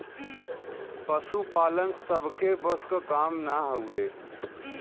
पसुपालन सबके बस क काम ना हउवे